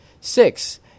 Six